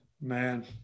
Man